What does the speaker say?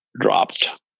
dropped